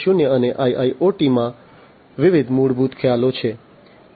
0 અને IIoT માં વિવિધ મૂળભૂત ખ્યાલો છે